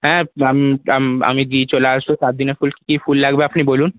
হ্যাঁ আমি দিয়ে চলে আসব চারদিনের ফুল কী কী ফুল লাগবে আপনি বলুন